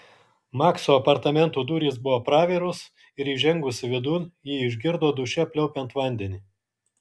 makso apartamentų durys buvo praviros ir įžengusi vidun ji išgirdo duše pliaupiant vandenį